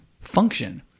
function